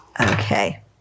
Okay